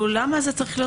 למה זה צריך להיות